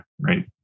right